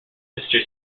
sister